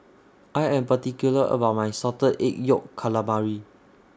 I Am particular about My Salted Egg Yolk Calamari